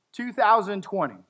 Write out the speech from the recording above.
2020